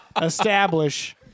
establish